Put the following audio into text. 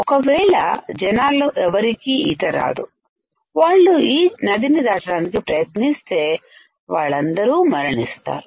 ఒకవేళ జనాలు ఎవరికి ఈత రాదు వాళ్ళు ఈ నదిని దాటటానికి ప్రయత్నిస్తే వాళ్ళందరూ మరణిస్తారు